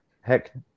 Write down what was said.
Heck